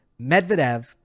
Medvedev